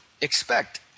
expect